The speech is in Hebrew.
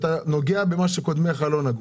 ואתה נוגע במה שקודמיך לא נגעו,